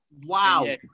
Wow